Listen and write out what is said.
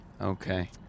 okay